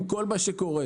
עם כל מה שקורה.